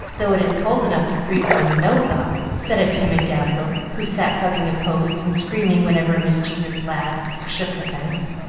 though it is cold enough to freeze one's nose off, said a timid damsel, who sat hugging a post and screaming whenever a mischievous lad shook the fence.